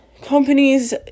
companies